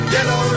Yellow